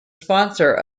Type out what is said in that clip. sponsor